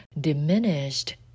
diminished